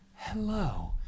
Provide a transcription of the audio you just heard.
Hello